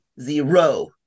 zero